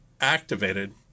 activated